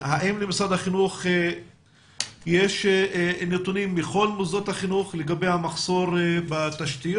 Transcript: האם למשרד החינוך יש נתונים מכל מוסדות החינוך לגבי המחסור בתשתיות?